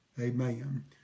amen